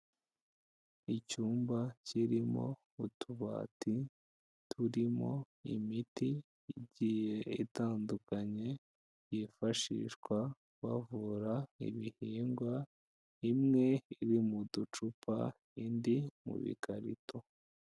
Icyumba kirimo utubati turimo imiti igiye itandukanye yifashishwa bavura ibihingwa, imwe iri mu ducupa indi mubi karito.